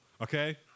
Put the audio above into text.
Okay